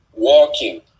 Walking